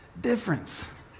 difference